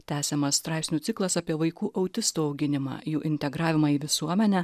tęsiamas straipsnių ciklas apie vaikų autistų auginimą jų integravimą į visuomenę